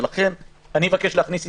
ולכן אני אבקש להכניס הסתייגות,